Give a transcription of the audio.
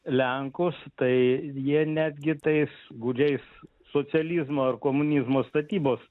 lenkus tai jie netgi tais gūdžiais socializmo ir komunizmo statybos